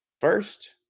first